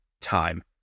time